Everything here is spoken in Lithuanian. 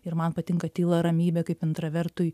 ir man patinka tyla ramybė kaip intravertui